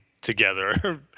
together